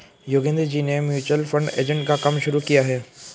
योगेंद्र जी ने mutual fund agent का काम शुरू किया है